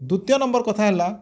ଦୁତିଅ number କଥା ହେଲା